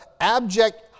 abject